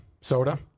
soda